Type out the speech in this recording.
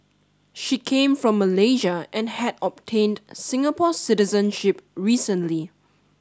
she came from Malaysia and had obtained Singapore citizenship recently